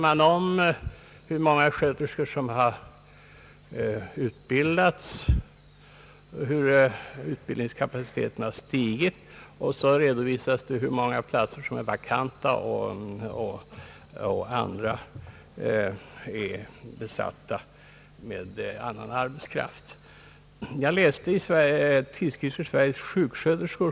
Man redovisar här hur utbildningskapaciteten för sjuksköterskorna har stigit och även hur många platser som är vakanta och hur många som besatts med annan arbetskraft.